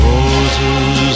Roses